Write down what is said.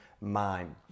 mind